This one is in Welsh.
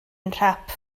nhrap